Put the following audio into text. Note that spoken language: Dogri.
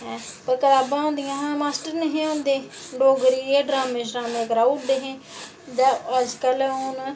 ऐं पर कताबां होंदियां हियां मास्टर निं हे होंदे डोगरी इयै ड्रामें कराई ओड़दे हे अज्जकल हून